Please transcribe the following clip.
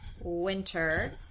winter